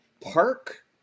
park